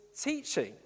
teaching